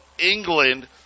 England